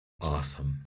awesome